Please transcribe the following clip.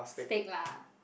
steak lah